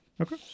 Okay